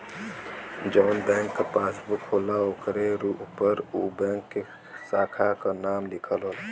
जौन बैंक क पासबुक होला ओकरे उपर उ बैंक के साखा क नाम लिखल होला